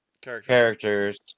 characters